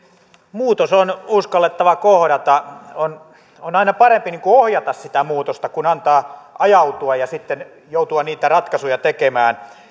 muutos on uskallettava kohdata on on aina parempi ohjata sitä muutosta kuin ajautua ja sitten joutua niitä ratkaisuja tekemään